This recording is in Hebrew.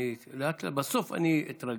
בסוף אני אתרגל.